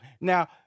Now